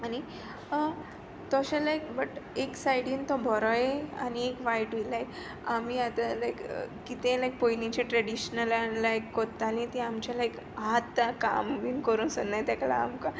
आनी तोशें like but एक सायडीन तो बरोय आनी वायटूय लायक आमी आतां लायक कितेंय लायक पोयलींच्या ट्रेडिशनान लायक कोत्ताली ती आमचें लायक आतां काम बीन करूं वोसोनाय तेका लागोन आमकां